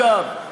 אגב,